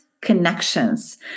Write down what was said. Connections